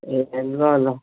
ए ल ल